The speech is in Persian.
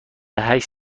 هشت